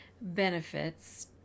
benefits